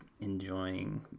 enjoying